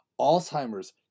Alzheimer's